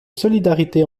solidarité